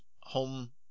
home